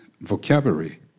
vocabulary